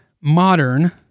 modern